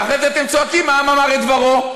ואחרי זה אתם צועקים: העם אמר את דברו.